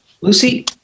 Lucy